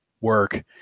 work